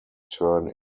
turn